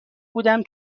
بودم